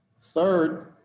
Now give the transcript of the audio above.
Third